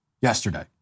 yesterday